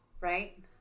right